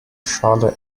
schale